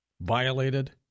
violated